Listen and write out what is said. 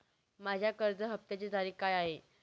माझ्या कर्ज हफ्त्याची तारीख काय आहे?